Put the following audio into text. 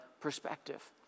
perspective